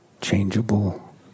changeable